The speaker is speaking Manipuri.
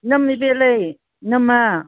ꯏꯅꯝ ꯏꯕꯦꯜꯂꯩ ꯏꯅꯝꯃ